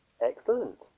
Excellent